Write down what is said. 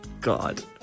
God